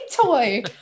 toy